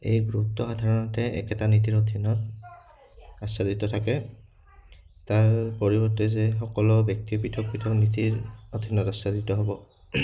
এই গুৰুত্ব সাধাৰণতে একেটা নীতিৰ অধীনত আচ্ছাদিত থাকে তাৰ পৰিৱৰ্তে যে সকলো ব্যক্তি পৃথক পৃথক নীতিৰ অধীনত আচ্ছাদিত হ'ব